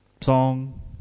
song